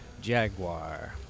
Jaguar